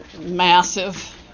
massive